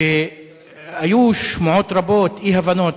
והיו שמועות רבות, אי-הבנות.